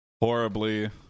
horribly